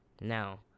Now